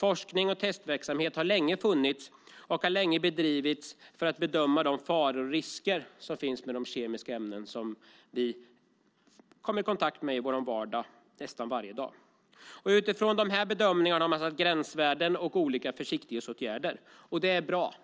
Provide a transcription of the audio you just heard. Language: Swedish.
Forskning och testverksamhet har länge bedrivits för att bedöma de faror och risker som finns med de kemiska ämnen som vi nästan varje dag kommer i kontakt med. Utifrån dessa bedömningar har man satt gränsvärden och vidtagit olika försiktighetsåtgärder, och det är bra.